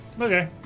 Okay